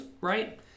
Right